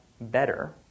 better